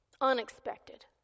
unexpected